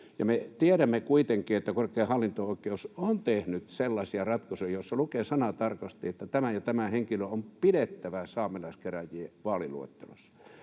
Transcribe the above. Me tiedämme kuitenkin, että korkein hallinto-oikeus on tehnyt sellaisia ratkaisuja, jossa lukee sanatarkasti, että tämä ja tämä henkilö on pidettävä saamelaiskäräjien vaaliluettelossa.